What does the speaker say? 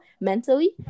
mentally